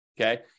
okay